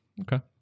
Okay